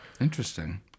interesting